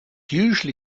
usually